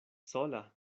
sola